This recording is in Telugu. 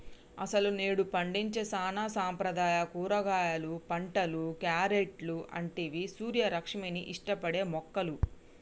అసలు నేడు పండించే సానా సాంప్రదాయ కూరగాయలు పంటలు, క్యారెట్లు అంటివి సూర్యరశ్మిని ఇష్టపడే మొక్కలు